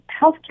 healthcare